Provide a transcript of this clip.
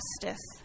justice